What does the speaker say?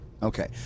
Okay